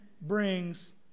Brings